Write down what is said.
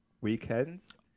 weekends